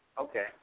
Okay